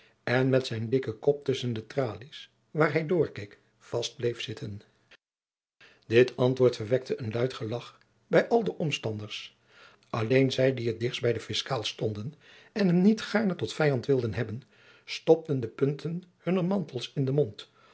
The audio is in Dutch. en met zijn dikken kop tusschen de tralies waar hij doorkeek vast bleef zitten dit antwoord verwekte een luid gelagch bij al de omstanders alleen zij die het dichtst bij den fiscaal stonden en hem niet gaarne tot vijand wilden hebben stopten de punten hunner mantels in den mond